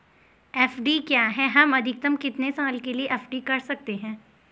FD क्या है हम अधिकतम कितने साल के लिए एफ.डी कर सकते हैं?